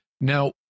Now